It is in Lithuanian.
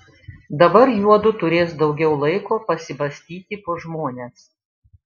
dabar juodu turės daugiau laiko pasibastyti po žmones